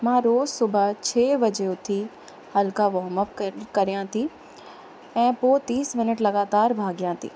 मां रोज़ु सुबह छह बजे उथी हल्का वार्म अप कर करियां थी ऐं पोइ तीस मिनट लगातार भाॻियां थी